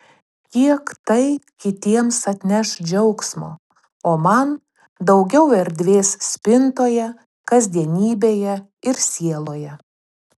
kiek tai kitiems atneš džiaugsmo o man daugiau erdvės spintoje kasdienybėje ir sieloje